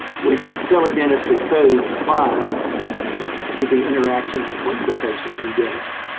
which tele-dentistry code applies to the interaction between the patient and dentist?